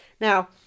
Now